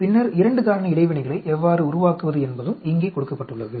பின்னர் 2 காரணி இடைவினைகளை எவ்வாறு உருவாக்குவது என்பதும் இங்கே கொடுக்கப்பட்டுள்ளது